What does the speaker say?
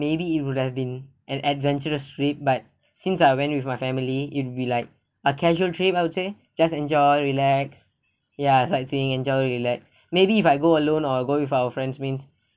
maybe it would have been an adventurous rate but since I went with my family in we like a casual trip I would say just enjoy relax ya sightseeing and enjoy relax maybe if I go alone or go with our friends means